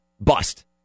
bust